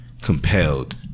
compelled